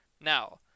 Now